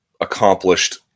accomplished